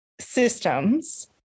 systems